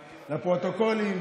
לפרוטוקולים,